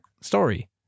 Story